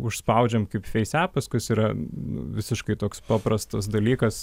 užspaudžiam kaip feisepas kuris yra visiškai toks paprastas dalykas